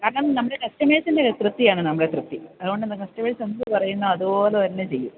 കാരണം നമ്മുടെ കസ്റ്റമേഴ്സിൻ്റെ തൃപ്തിയാണ് നമ്മളെ തൃപ്തി അതുകൊണ്ട് എന്താണ് കസ്റ്റമേഴ്സ് എന്തു പറയുന്നുവോ അതുപോലെ തന്നെ ചെയ്യും